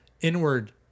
inward